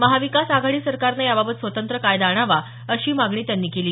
महाविकास आघाडी सरकारनं याबाबत स्वतंत्र कायदा आणावा अशी मागणी त्यांनी केली